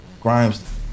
Grimes